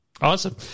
Awesome